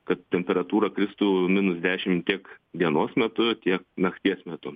kad temperatūra kristu minus dešimt tiek dienos metu tiek nakties metu